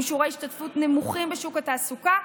עם שיעורי השתתפות נמוכים בשוק התעסוקה,